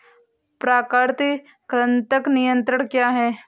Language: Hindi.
प्राकृतिक कृंतक नियंत्रण क्या है?